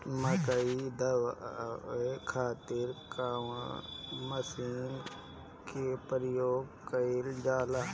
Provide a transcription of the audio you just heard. मकई दावे खातीर कउन मसीन के प्रयोग कईल जाला?